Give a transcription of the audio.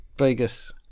Vegas